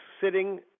sitting